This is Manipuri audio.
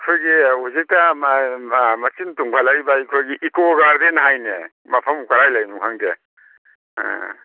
ꯑꯩꯈꯣꯏꯒꯤ ꯍꯧꯖꯤꯛꯇ ꯃꯆꯤꯟ ꯇꯨꯝꯈꯠꯂꯛꯏꯕ ꯑꯩꯈꯣꯏꯒꯤ ꯏꯀꯣ ꯒꯥꯔꯗꯦꯟ ꯍꯥꯏꯅꯦ ꯃꯐꯝ ꯀꯔꯥꯏ ꯂꯩꯕꯅꯣ ꯈꯪꯗꯦ ꯑꯥ